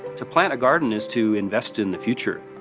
to plant a garden is to invest in the future.